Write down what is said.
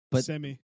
Semi